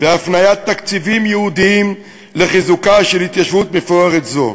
ובהפניית תקציבים ייעודיים לחיזוקה של התיישבות מפוארת זו.